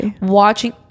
watching